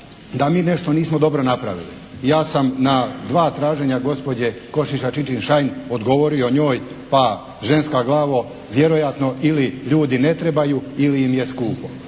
da mi nešto nismo dobro napravili. Ja sam na dva traženja gospođa Košiša Čičin-Šain odgovorio njoj, pa ženska glavo vjerojatno ili ljudi ne trebaju ili im je skupo.